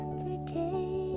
today